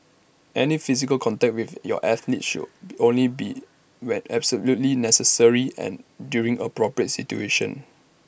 any physical contact with your athletes should only be when absolutely necessary and during appropriate situations